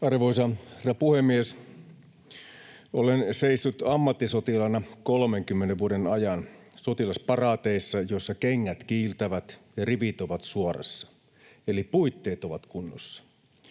Arvoisa herra puhemies! Olen seissyt ammattisotilaana 30 vuoden ajan sotilasparaateissa, joissa kengät kiiltävät ja rivit ovat suorassa, eli puitteet ovat kunnossa.